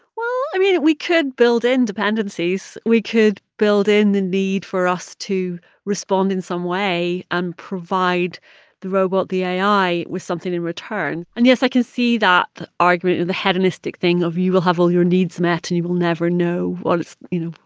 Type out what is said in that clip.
well, i mean, we could build in dependencies. we could build in the need for us to respond in some way and provide the robot, the ai, with something in return. and yes, i can see that argument, you know, the hedonistic thing of you will have all your needs met, and you will never know what it's you know,